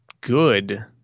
good